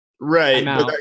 Right